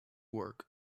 work